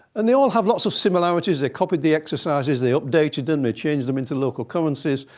and they all have lots of similarities. they copied the exercises they updated them. they changed them into local currencies.